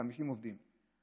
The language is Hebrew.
50 עובדים,